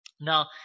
Now